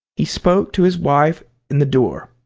he spoke to his wife in the door,